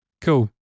cool